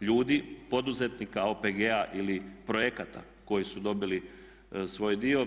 ljudi poduzetnika, OPG-a ili projekata koji su dobili svoj dio.